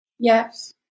Yes